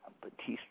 Batista